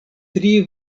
tri